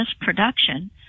production